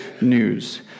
news